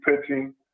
pitching